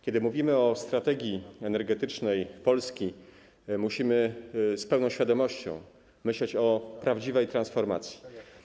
Kiedy mówimy o strategii energetycznej Polski, musimy z pełną świadomością myśleć o prawdziwej transformacji.